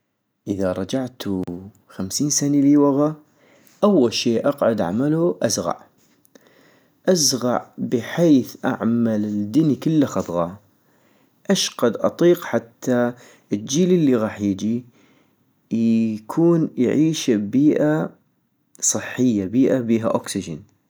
اذا رجعتو خمسين سني لي وغا! ، اول شي اقعد اعملو ازغع، ازغع بحيث اعمل الدني كلا خضغا، اشقد اطيق حتى الجيل الي غاح يجي يكون يعيش ابيئة صحية، بيئة بيها اوكسجين